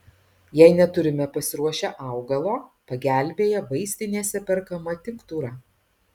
jei neturime pasiruošę augalo pagelbėja vaistinėse perkama tinktūra